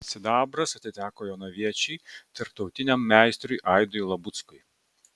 sidabras atiteko jonaviečiui tarptautiniam meistrui aidui labuckui